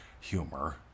humor